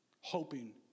hoping